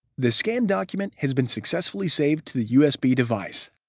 the scanned document has been successfully saved to the usb device.